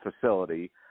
facility